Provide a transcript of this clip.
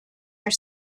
are